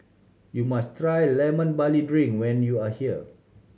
you must try Lemon Barley Drink when you are here